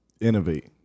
Innovate